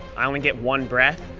i only get one breath,